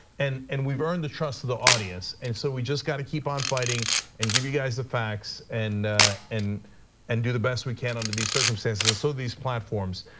and and we've earned the trust of the audience. and so we just got to keep on fighting and give you guys the facts, and and do the best we can under these circumstances, so these platforms.